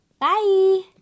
Bye